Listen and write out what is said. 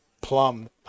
plum